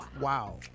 wow